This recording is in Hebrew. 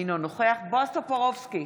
אינו נוכח בועז טופורובסקי,